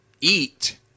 eat